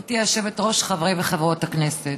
גברתי היושבת-ראש, חברי וחברות הכנסת,